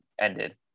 ended